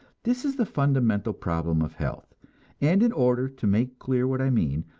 this is the fundamental problem of health and in order to make clear what i mean,